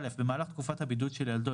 (א)במהלך תקופת הבידוד של ילדו,